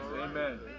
amen